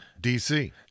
DC